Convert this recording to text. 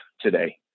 today